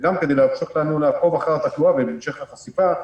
וגם כדי לנסות לעקוב אחרי התחלואה ועל המשך החשיפה,